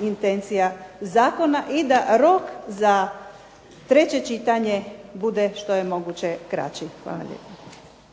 intencija zakona i da rok za treće čitanje bude što je moguće kraći. Hvala lijepa.